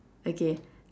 okay